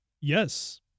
Yes